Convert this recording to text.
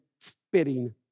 spitting